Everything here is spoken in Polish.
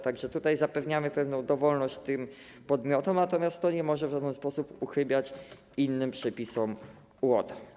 Tak że zapewniamy pewną dowolność podmiotom, natomiast to nie może w żaden sposób uchybiać innym przepisom UODO.